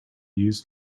used